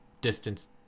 distance